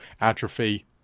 atrophy